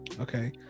Okay